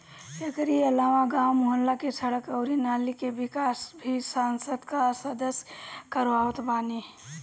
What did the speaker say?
एकरी अलावा गांव, मुहल्ला के सड़क अउरी नाली के निकास भी संसद कअ सदस्य करवावत बाने